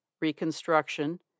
Reconstruction